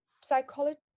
psychology